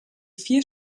vier